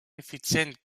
effizient